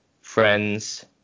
friends